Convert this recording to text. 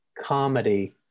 comedy